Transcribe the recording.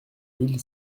mille